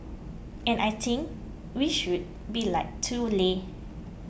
and I think we should be like too leh